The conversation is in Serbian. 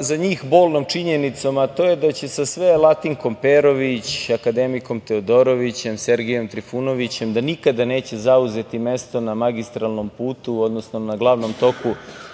za njih bolnom činjenicom, a to je da će za sve Latinkom Perović, akademikom Teodorovićem, Sergejem Trifunovićem, da nikada neće zauzeti mesto na magistralnom putu, odnosno na glavnom toku